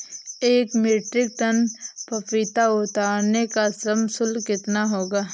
एक metric tonne पपीता उतारने का श्रम शुल्क कितना होगा?